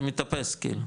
זה מתאפס כאילו.